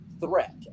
threat